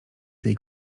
tej